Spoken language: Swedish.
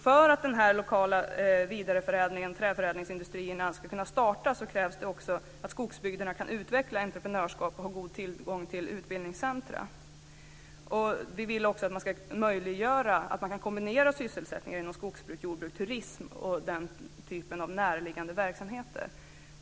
För att en lokal vidareförädling inom träförädlingsindustrierna ska kunna starta krävs också att skogsbygderna kan utveckla entreprenörskap och har god tillgång till utbildningscentrum. Vi vill göra det möjligt att kombinera sysselsättning inom skogsbruk, jordbruk, turism och närliggande verksamheter.